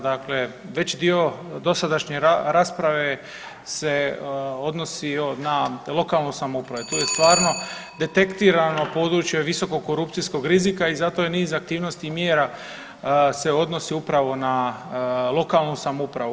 Dakle, veći dio dosadašnje rasprave se odnosio na lokalnu samoupravu i tu je stvarno detektirano područje visokokorupcijskog rizika i zato je niz aktivnosti i mjera se odnosi upravo na lokalnu samoupravu.